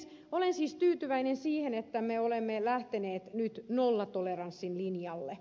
olen siis tyytyväinen siihen että me olemme lähteneet nyt nollatoleranssin linjalle